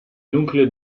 nucleo